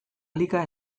liga